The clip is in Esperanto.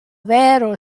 vero